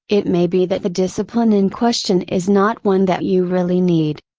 it may be that the discipline in question is not one that you really need.